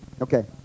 Okay